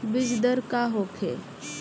बीजदर का होखे?